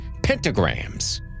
pentagrams